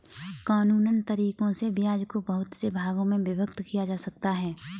कानूनन तरीकों से ब्याज को बहुत से भागों में विभक्त किया जा सकता है